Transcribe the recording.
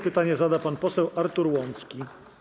Pytanie zada pan poseł Artur Łącki.